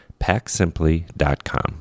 packsimply.com